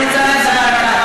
אנחנו מכבדים אותו.